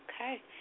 Okay